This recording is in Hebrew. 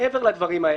מעבר לדברים האלה,